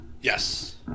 Yes